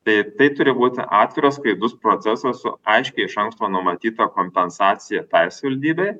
tai tai turi būti atviras skaidrus procesas su aiškiai iš anksto numatyta kompensacija tai savivaldybei